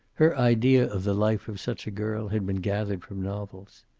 her idea of the life of such a girl had been gathered from novels.